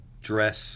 dress